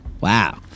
Wow